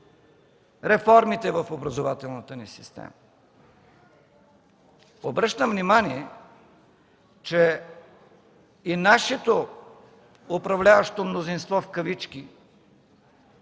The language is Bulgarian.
реформите в образователната ни система. Обръщам внимание, че и нашето управляващо мнозинство в кавички,